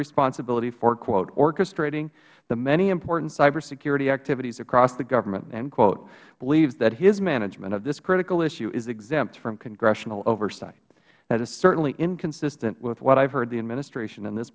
responsibility for orchestrating the many important cybersecurity activities across the government believes that his management of this critical issue is exempt from congressional oversight that is certainly inconsistent with what i have heard the administration and this